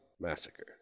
massacre